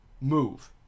move